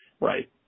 right